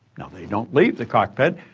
now, they don't leave the cockpit,